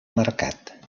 marcat